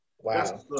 Wow